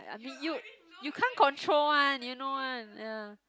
I mean you you can't control one you know one ya